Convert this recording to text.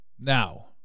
Now